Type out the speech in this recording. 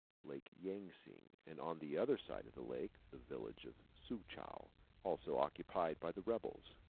lake yansing, and on the other side of the lake, the village of soochow, also occupied by the rebels.